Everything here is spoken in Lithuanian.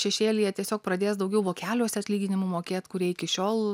šešėlyje tiesiog pradės daugiau vokeliuose atlyginimų mokėt kurie iki šiol